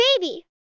baby